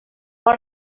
por